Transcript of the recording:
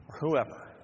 whoever